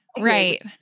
Right